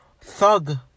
thug